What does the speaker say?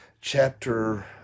chapter